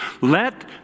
let